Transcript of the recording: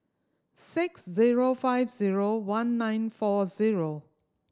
six zero five zero one nine four zero